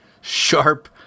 sharp